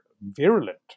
virulent